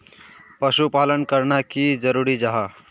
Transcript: पशुपालन करना की जरूरी जाहा?